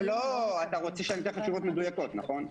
לא, אתה רוצה שאני אתן לך תשובות מדויקות, נכון.